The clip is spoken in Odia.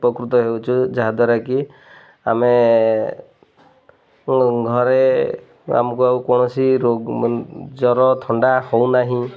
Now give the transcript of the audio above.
ଉପକୃତ ହେଉଛୁ ଯାହାଦ୍ୱାରା କି ଆମେ ଘରେ ଆମକୁ ଆଉ କୌଣସି ଜ୍ୱର ଥଣ୍ଡା ହଉନାହିଁ